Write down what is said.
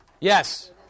Yes